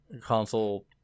console